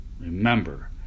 Remember